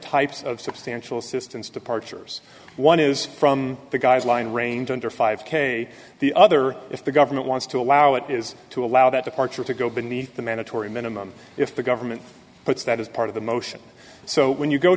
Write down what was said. types of substantial assistance departures one is from the guideline range under five k the other if the government wants to allow it is to allow that departure to go beneath the mandatory minimum if the government puts that as part of the motion so when you go